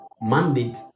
mandate